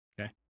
Okay